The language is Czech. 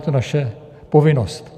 Je to naše povinnost.